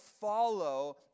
follow